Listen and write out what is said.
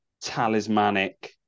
talismanic